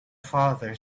father